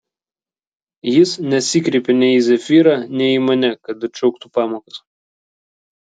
jis nesikreipė nei į zefyrą nei į mane kad atšauktų pamokas